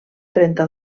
trenta